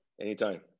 anytime